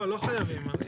לא חייבים.